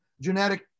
genetic